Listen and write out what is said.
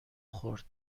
خورد